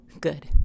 Good